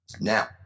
Now